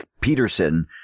Peterson